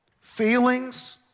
feelings